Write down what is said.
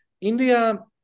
India